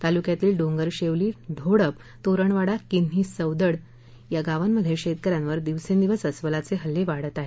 तालुक्यातील डोंगरशेवली धोडप तोरणवाडा किन्ही सवडद या गावांमध्ये शेतकऱ्यांवर दिवसेंदिवस अस्वलाचे हल्ले वाढत आहेत